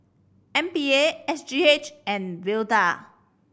M P A S G H and Vital